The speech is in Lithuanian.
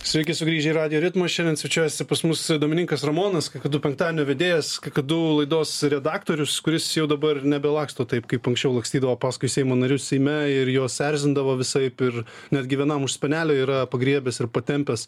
sveiki sugrįžę į radijo ritmą šiandien svečiuojasi pas mus domininkas ramonas kakadu penktadienio vedėjas kakadu laidos redaktorius kuris jau dabar nebelaksto taip kaip anksčiau lakstydavo paskui seimo narius seime ir juos erzindavo visaip ir netgi vienam už spenelio yra pagriebęs ir patempęs